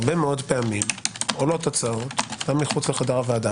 הרבה מאוד פעמים עולות הצעות גם מחוץ לחדר הוועדה,